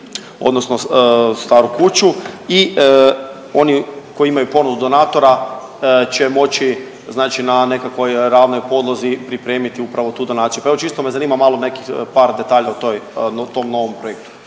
odnosno staru kuću i oni koji imaju ponudu donatora će moći znači na nekakvoj ravnoj podlozi pripremiti upravo tu donaciju. Pa evo, čisto me zanima malo nekih par detalja o tom novom projektu.